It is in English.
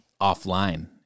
offline